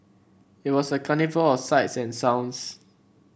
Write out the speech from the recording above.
it was a carnival of sights and sounds